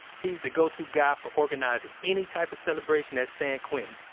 he's the go-to guy for organizing any type of celebration at san quentin.